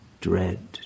dread